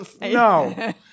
no